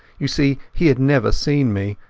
you see he had never seen me,